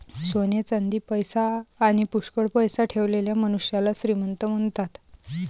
सोने चांदी, पैसा आणी पुष्कळ पैसा ठेवलेल्या मनुष्याला श्रीमंत म्हणतात